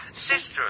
sister